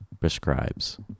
prescribes